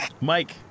Mike